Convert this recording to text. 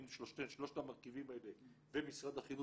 היינו שלושת המרכיבים האלה ומשרד החינוך,